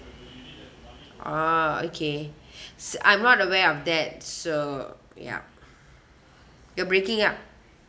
oh okay s~ I'm not aware of that so ya you're breaking up